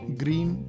green